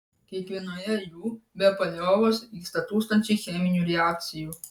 kiekvienoje jų be paliovos vyksta tūkstančiai cheminių reakcijų